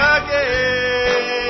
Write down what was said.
again